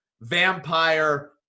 vampire